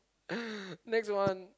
next one